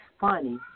funny